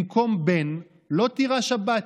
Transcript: במקום בן לא תירש הבת.